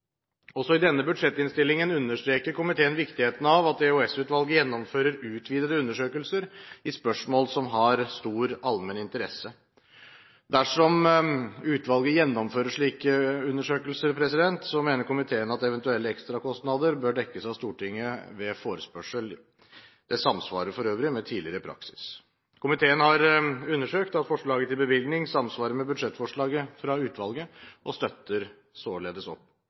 Også i denne budsjettinnstillingen understreker komiteen viktigheten av at EOS-utvalget gjennomfører utvidede undersøkelser i spørsmål som har stor allmenn interesse. Dersom utvalget gjennomfører slike undersøkelser, mener komiteen at eventuelle ekstrakostnader bør dekkes av Stortinget ved forespørsel. Det samsvarer for øvrig med tidligere praksis. Komiteen har undersøkt at forslaget til bevilgning samsvarer med budsjettforslaget fra utvalget, og støtter således opp